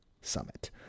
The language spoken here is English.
Summit